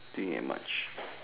doing it much